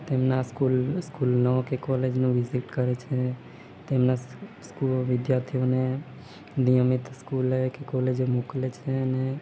તેમના સ્કૂલ સ્કૂલનો કે કોલેજનો વિઝિટ કરે છે તેમના સ્કૂલ વિદ્યાર્થીઓને નિયમિત સ્કૂલે કે કોલેજે મોકલે છે અને